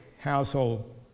household